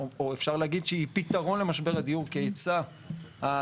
או אפשר להגיד שהיא פתרון למשבר הדיור כהיצע הדירות,